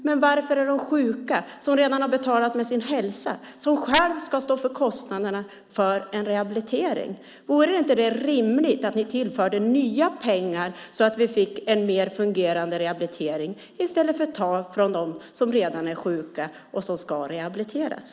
Men varför är det de sjuka, som redan har betalat med sin hälsa, som själva ska stå för kostnaderna för en rehabilitering? Vore det inte rimligt att ni tillförde nya pengar så att vi fick en mer fungerande rehabilitering i stället för att ta från dem som redan är sjuka och som ska rehabiliteras?